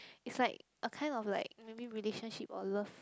is like a kind of like maybe relationship or love